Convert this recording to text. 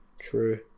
true